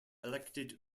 elected